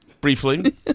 briefly